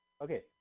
Okay